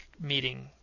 meeting